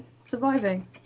surviving